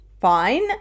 Fine